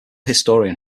historian